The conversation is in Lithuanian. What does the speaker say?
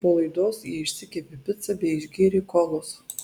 po laidos jie išsikepė picą bei išgėrė kolos